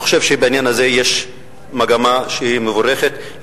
אני חושב שבעניין הזה יש מגמה שהיא מבורכת,